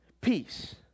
peace